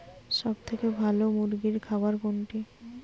সবথেকে ভালো মুরগির খাবার কোনটি?